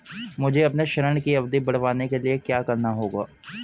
मुझे अपने ऋण की अवधि बढ़वाने के लिए क्या करना होगा?